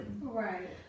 Right